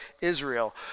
Israel